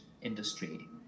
industry